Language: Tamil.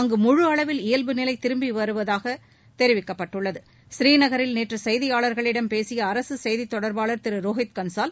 அங்கு முழு அளவில் இயல்பு நிலை திரும்பி உள்ளதாகவும் தெரிவிக்கப்பட்டுள்ளது ப்ரீநகரில் நேற்று செய்தியாளர்களிடம் பேசிய அரசு செய்தித் தொடர்பாளர் திரு ரோஹித் கன்சால்